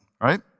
right